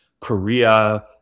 Korea